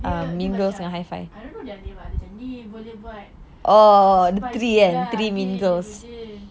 dia dia macam I don't know their name ya boleh buat macam spicy lah